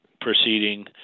proceeding